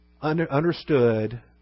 understood